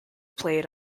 played